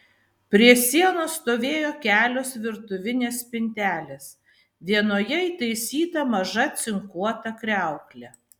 prie sienos stovėjo kelios virtuvinės spintelės vienoje įtaisyta maža cinkuota kriauklė